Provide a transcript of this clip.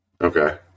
Okay